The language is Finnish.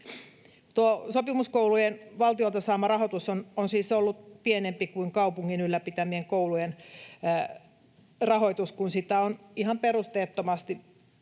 sopimuskoulujen valtiolta saama rahoitus on siis ollut pienempi kuin kaupungin ylläpitämien koulujen rahoitus, kun sitä on ihan perusteettomasti